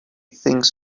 things